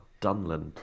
Dunland